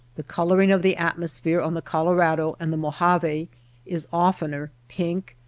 the coloring of the atmosphere on the colorado and the mojave is oftener pink,